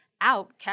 out